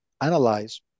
analyze